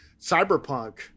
Cyberpunk